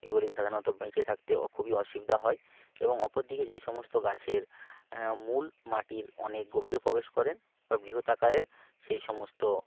এগুলি সাধারণত বেঁচে থাকতে খুবই অসুবিধা হয় এবং অপরদিকে যেই সমস্ত গাছের মূল মাটির অনেক গভীরে প্রবেশ করেন বা বৃহৎ আকারের সেই সমস্ত